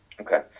Okay